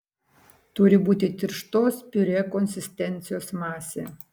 turi būti tirštos piurė konsistencijos masė